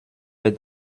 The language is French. est